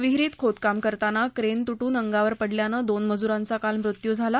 विहिरीत खोदकाम करताना क्रेन तुटून अंगावर पडल्यानं दोन मजुरांचा काल मृत्यू झाला